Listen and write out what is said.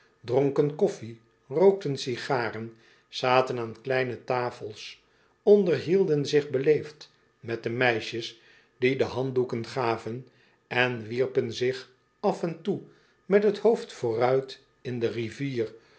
dronken koffie rookten sigaren zaten aan kleine tafels onderhielden zich beleefd met de meisjes die de handdoeken gaven en wierpen zich af en toe met t hoofd vooruit in de rivier